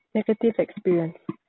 negative experience